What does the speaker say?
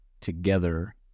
together